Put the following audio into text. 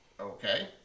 okay